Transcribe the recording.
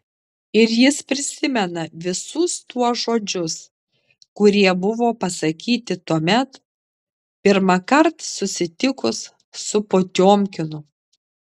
ir jis prisimena visus tuos žodžius kurie buvo pasakyti tuomet pirmąkart susitikus su potiomkinu